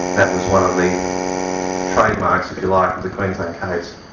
that was one of the trademarks, if you like, of the queensland case.